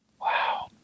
Wow